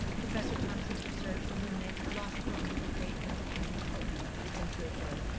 professor thompson's research illuminates a lost moment of great democratic hope a century ago,